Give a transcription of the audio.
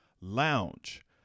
Lounge